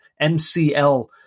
MCL